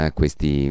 questi